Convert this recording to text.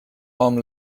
hom